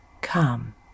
come